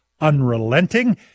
unrelenting